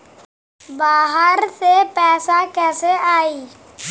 बाहर से पैसा कैसे आई?